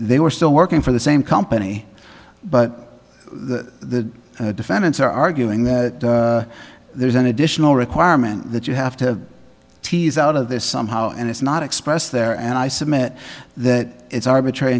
were still working for the same company but the defendants are arguing that there's an additional requirement that you have to tease out of this somehow and it's not expressed there and i submit that it's arbitrary